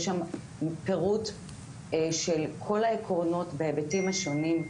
יש שם פירוט של כל העקרונות בהיבטים השונים,